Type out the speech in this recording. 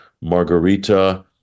Margarita